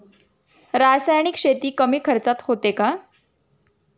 रासायनिक शेती कमी खर्चात होते का?